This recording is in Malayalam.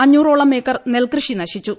അഞ്ഞൂറോളം ഏക്കർ നെൽകൃഷി നശിച്ചു